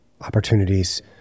opportunities